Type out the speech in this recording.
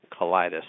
colitis